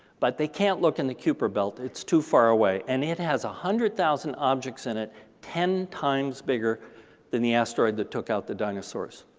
but they can't look in the kuiper belt, it's too far away, and it has one ah hundred thousand objects in it ten times bigger than the asteroid that took out the dinosaurs.